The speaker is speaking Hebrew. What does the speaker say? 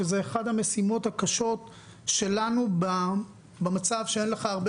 שזאת אחת המשימות הקשות שלנו במצב שאין לך הרבה